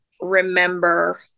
remember